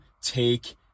take